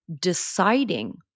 deciding